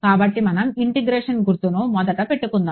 కాబట్టి మనం ఇంటిగ్రేషన్ గుర్తును మొదట పెట్టుకుందాం